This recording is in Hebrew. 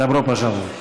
דוברו פוז'לובט.